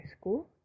school